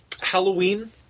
Halloween